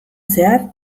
zehar